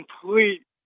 complete